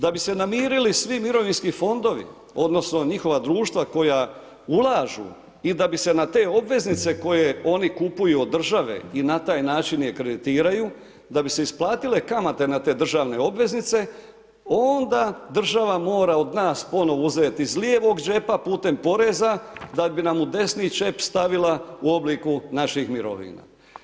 Da bi se namirili svi mirovinski fondovi odnosno njihova društva koja ulažu i da bi se na te obveznice koje oni kupuju od države i na taj način je kreditiraju, da bi se isplatile kamate na te državne obveznice, onda država mora od nas ponovo uzeti iz lijevo džepa putem poreza, da bi nam u desni džep stavila u obliku naših mirovina.